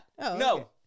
No